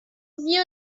knew